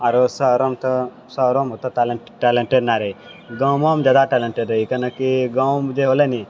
आरो शहरो मे तऽ टैलेंट ना रहै गाँवो मे जादा टाइलेंट हय कैलाकि गाँव मे जे होलय नी